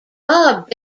bob